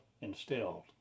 instilled